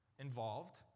involved